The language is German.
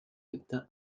bitte